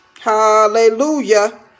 Hallelujah